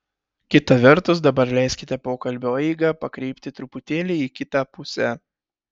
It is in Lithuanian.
kita vertus dabar leiskite pokalbio eigą pakreipti truputėlį į kitą pusę